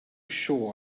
sure